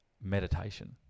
meditation